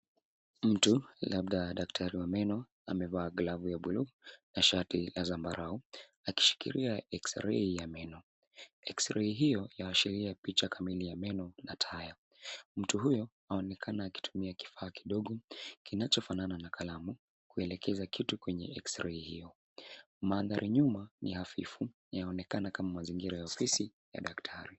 Mtu labda daktari wa meno amevaa glavu ya bluu na shati la zambarau akishikilia eks-rei ya meno. Eks-rei hiyo yaashiria picha kamili ya meno na taya. Mtu huyo aonekana akitumia kifaa kidogo kinachofanana na kalamu, kuelekeza kitu kwenye eks-rei hiyo. Mandhari nyuma ni hafifu yaonekana kama mazingira ya ofisi ya daktari.